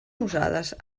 usades